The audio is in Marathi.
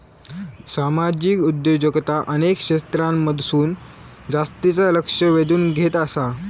सामाजिक उद्योजकता अनेक क्षेत्रांमधसून जास्तीचा लक्ष वेधून घेत आसा